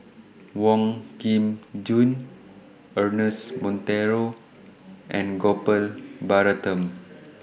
Wong Kin Jong Ernest Monteiro and Gopal Baratham